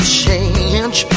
change